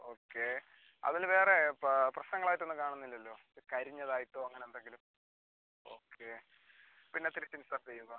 okay അതിൽ വേറെ പ്രശ്നങ്ങളായിട്ട് ഒന്നും കാണുന്നില്ലല്ലോ കരിഞ്ഞതായിട്ടോ അങ്ങനെ എന്തെങ്കിലും ഓക്കെ പിന്നെ തിരിച്ച് ഇൻസേർട്ട് ചെയ്യുക